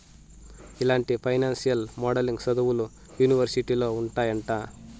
ఇలాంటి financial modelling సదువులు యూనివర్సిటీలో ఉంటాయంట